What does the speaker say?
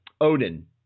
Odin